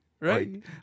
Right